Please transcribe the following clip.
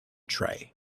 tray